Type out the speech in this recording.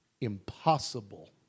impossible